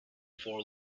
for